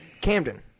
Camden